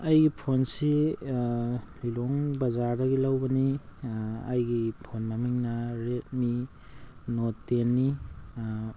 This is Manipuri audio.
ꯑꯩꯒꯤ ꯐꯣꯟꯁꯤ ꯂꯤꯂꯣꯡ ꯕꯖꯥꯔꯗꯒꯤ ꯂꯧꯕꯅꯤ ꯑꯩꯒꯤ ꯐꯣꯟ ꯃꯃꯤꯡꯅ ꯔꯦꯗꯃꯤ ꯅꯣꯠ ꯇꯦꯟꯅꯤ